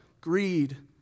greed